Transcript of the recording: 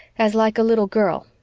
as like a little girl,